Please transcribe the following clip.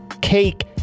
Cake